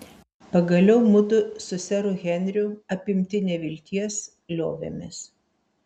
pagaliau mudu su seru henriu apimti nevilties liovėmės